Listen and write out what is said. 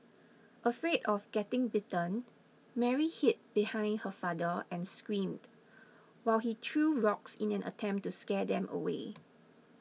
afraid of getting bitten Mary hid behind her father and screamed while he threw rocks in an attempt to scare them away